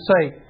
say